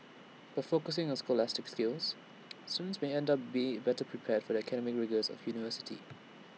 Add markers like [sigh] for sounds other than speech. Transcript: by focusing on scholastic skills [noise] students may end up be better prepared for the academic rigours of university